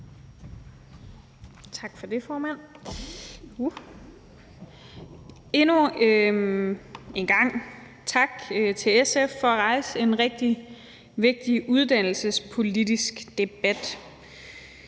Tak for det, formand. Endnu en gang tak til SF for at rejse en rigtig vigtig uddannelsespolitisk debat.